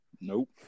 Nope